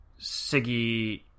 Siggy